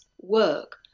work